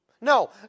No